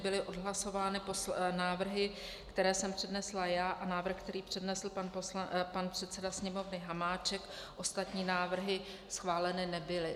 Byly odhlasovány návrhy, které jsem přednesla já, a návrh, který přednesl pan předseda Sněmovny Hamáček, ostatní návrhy schváleny nebyly.